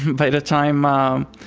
by the time um